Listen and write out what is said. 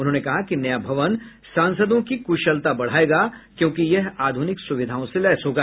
उन्होंने कहा कि नया भवन सांसदों की कृशलता बढ़ाएगा क्योंकि यह आध्रनिक सुविधाओं से लैस होगा